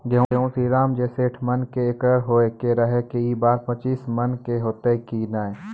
गेहूँ श्रीराम जे सैठ मन के एकरऽ होय रहे ई बार पचीस मन के होते कि नेय?